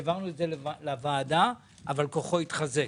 העברנו את זה לוועדת הכספים, אבל כוחו התחזק.